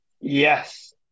Yes